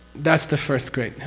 that's the first great.